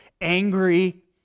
angry